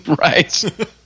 Right